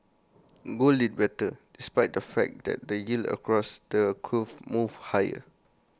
gold did better despite the fact that the yields across the curve moved higher